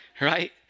Right